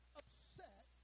upset